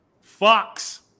Fox